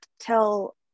tell